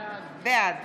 בעד